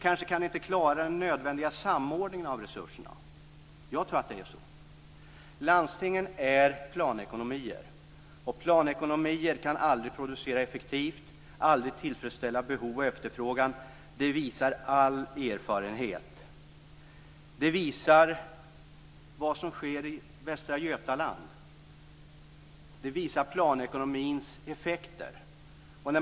Kanske kan systemet inte klara av den nödvändiga samordningen av resurserna. Jag tror att det är så. Landstingen är planekonomier, och planekonomier kan aldrig producera effektivt och aldrig tillfredsställa behov och efterfrågan. Det visar all erfarenhet. Det visar det som sker i Västra Götaland. Det visar planekonomins effekter.